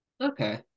Okay